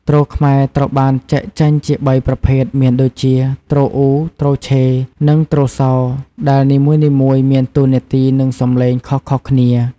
ទ្រខ្មែរត្រូវបានចែកចេញជា៣ប្រភេទមានដូចជា ទ្រអ៊ូ ទ្រឆេ និងទ្រសោដែលនីមួយៗមានតួនាទីនិងសំឡេងខុសៗគ្នា។